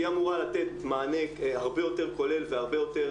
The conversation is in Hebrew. שהיא אמורה לתת מענה הרבה יותר כולל והרבה יותר